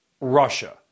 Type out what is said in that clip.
Russia